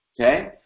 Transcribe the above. Okay